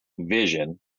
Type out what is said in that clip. vision